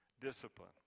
Discipline